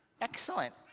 Excellent